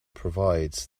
provides